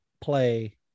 play